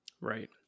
Right